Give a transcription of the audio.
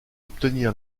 obtenir